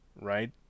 right